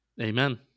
Amen